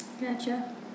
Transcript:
Gotcha